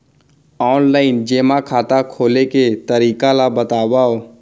Online जेमा खाता खोले के तरीका ल बतावव?